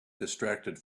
distracted